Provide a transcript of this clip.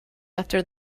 after